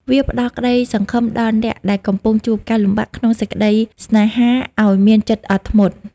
វាផ្ដល់ក្ដីសង្ឃឹមដល់អ្នកដែលកំពុងជួបការលំបាកក្នុងសេចក្ដីស្នេហា ឱ្យមានចិត្តអត់ធ្មត់។